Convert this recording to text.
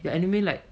ya anyway like